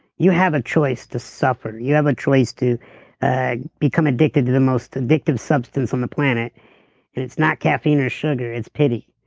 you have a choice to suffer, you have a choice to ah become addicted to the most addictive substance on the planet and it's not caffeine or sugar, it's pity.